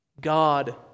God